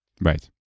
right